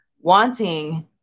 wanting